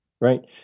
right